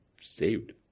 saved